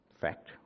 fact